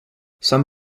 some